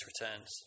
returns